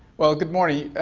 well, good morning,